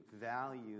value